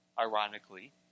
ironically